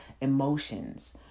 emotions